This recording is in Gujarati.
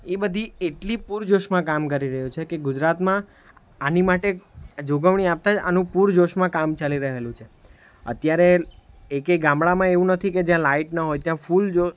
એ બધી એટલી પૂરજોશમાં કામ કરી રહ્યું છે કે ગુજરાતમાં આની માટે જોગવણી આપતા આનું પૂરજોશમાં કામ ચાલી રહેલું છે અત્યારે એકે ગામડામાં એવું નથી કે જ્યાં લાઇટ ના હોય ત્યાં ફૂલ જો